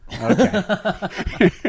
Okay